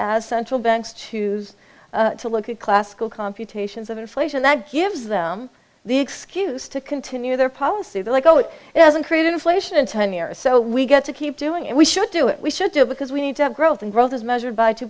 as central banks to to look at classical computations of inflation that gives them the excuse to continue their policy like oh it doesn't create inflation in ten years so we got to keep doing it we should do it we should do it because we need to have growth and growth is measured by two